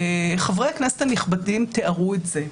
חברי הכנסת הנכבדים תיארו את זה.